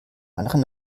anderen